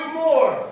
more